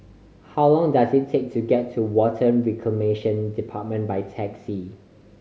how long does it take to get to Water Reclamation Department by taxi